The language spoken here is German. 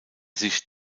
sich